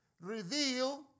reveal